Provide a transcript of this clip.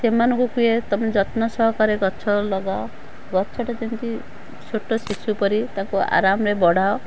ସେମାନଙ୍କୁ କୁହେ ତୁମେ ଯତ୍ନ ସହକାରେ ଗଛ ଲଗାଅ ଗଛଟେ ଯେମିତି ଛୋଟ ଶିଶୁ ପରି ତାକୁ ଆରମ୍ରେ ବଢ଼ାଅ